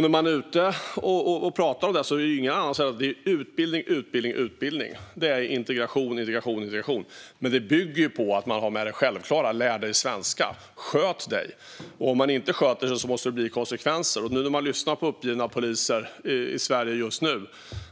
När man är ute och pratar om detta får man höra att det är utbildning, utbildning och utbildning och integration, integration och integration. Men detta bygger på att ha med det självklara: Lär dig svenska! Sköt dig! Det måste bli konsekvenser för den som inte sköter sig. När man lyssnar på uppgivna poliser i Sverige just nu